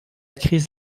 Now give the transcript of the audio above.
crise